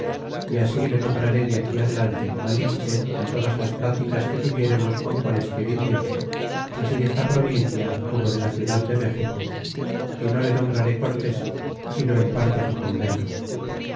y asile nombraré de aquí adelante malinche en todas las pláticas que tuviéremos con qualesquier indios así desta provincia como de la ciudad de méxico y no le nombraré cortés sino en parte que convenga